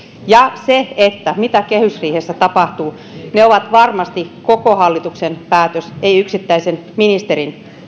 ja ne mitä kehysriihessä tapahtuu ovat varmasti koko hallituksen päätöksiä eivät yksittäisen ministerin